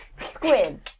Squid